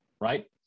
right